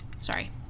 Sorry